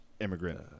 immigrant